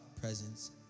presence